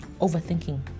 overthinking